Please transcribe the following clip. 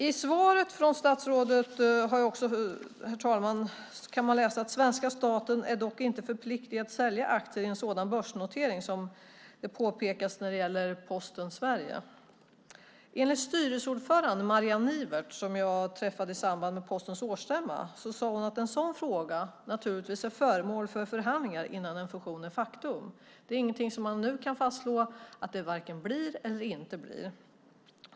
I svaret från statsrådet, herr talman, kan man också läsa att "Svenska staten är dock inte förpliktad att sälja aktier i en sådan börsnotering." Detta påpekas när det gäller Posten AB i Sverige. Enligt styrelseordföranden Marianne Nivert som jag träffade i samband med Postens årsstämma är en sådan fråga naturligtvis föremål för förhandlingar innan en fusion är ett faktum. Man kan inte redan nu fastslå att det blir av eller inte.